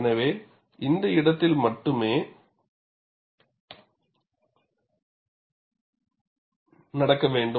எனவே இது இந்த இடத்தில் மட்டுமே நடக்க வேண்டும்